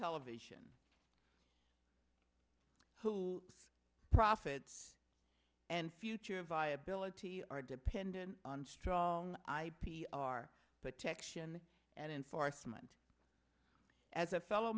television who profits and future viability are dependent on strong i p r protection and enforcement as a fellow